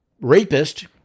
rapist